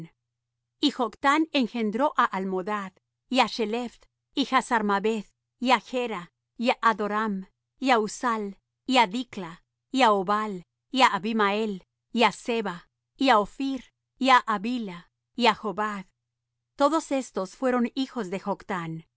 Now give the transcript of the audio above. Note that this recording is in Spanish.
y joctán engendró á almodad y á sheleph y hazarmaveth y á jera y á hadoram y á uzal y á dicla y á obal y á abimael y á seba y á ophir y á havila y á jobad todos estos fueron hijos de